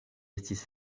estis